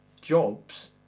jobs